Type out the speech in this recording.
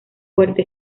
fuerte